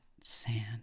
sand